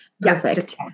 Perfect